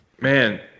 man